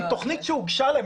תוכנית שהוגשה להם,